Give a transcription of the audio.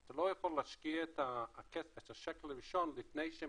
אתה לא יכול להשקיע את השקל הראשון לפני שהם